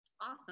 Awesome